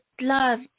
love